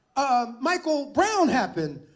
michael brown happened.